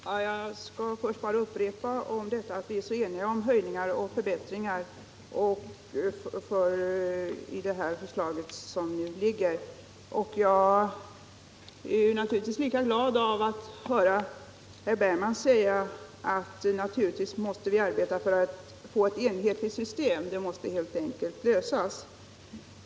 Herr talman! Jag skall bara upprepa att vi är eniga om höjningar och förbättringar i det föreliggande förslaget. Jag är naturligtvis glad att höra herr Bergman i Göteborg säga att vi måste arbeta för att få ett enhetligt system. Det problemet måste helt enkelt lösas.